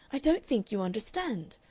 i don't think you understand.